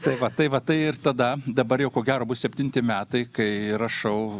tai va tai va tai ir tada dabar jau ko gero bus septinti metai kai rašau